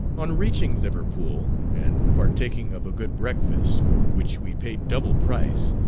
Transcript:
on reaching liverpool, and partaking of a good breakfast, for which we paid double price,